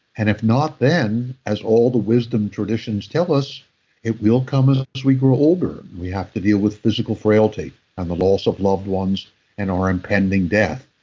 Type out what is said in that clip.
and if not then, as all the wisdom traditions tell us it will come ah as we grow older. and we have to deal with physical frailty and the loss of loved ones and our impending death.